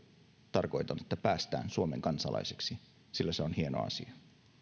tarkoitan että päästään suomen kansalaiseksi sillä se on hieno asia